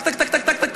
טק טק טק טק,